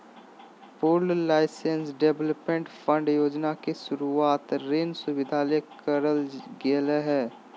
pooled finance development fund योजना के शुरूवात ऋण सुविधा ले करल गेलय हें